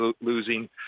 losing